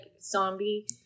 zombie-